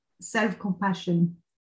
self-compassion